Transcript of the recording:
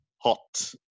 hot